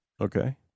Okay